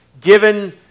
given